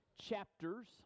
chapters